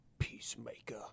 Peacemaker